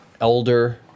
elder